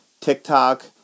TikTok